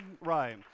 right